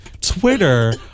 Twitter